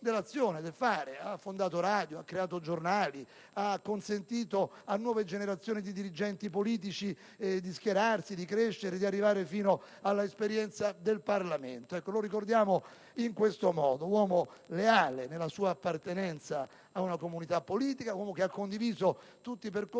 dell'azione e del fare, ha fondato radio, ha creato giornali e ha consentito a nuove generazioni di dirigenti politici di schierarsi, di crescere e di arrivare fino all'esperienza del Parlamento. Noi lo ricordiamo in questo modo: un uomo leale nella sua appartenenza a una comunità politica, un uomo che ha condiviso tutti i percorsi